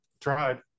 Tried